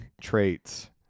traits